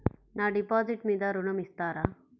నా డిపాజిట్ మీద ఋణం ఇస్తారా?